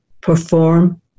perform